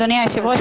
אדוני היושב-ראש,